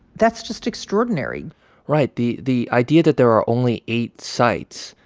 that's just extraordinary right. the the idea that there are only eight sites,